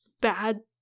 bad